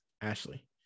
Ashley